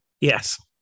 Yes